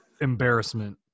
embarrassment